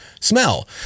smell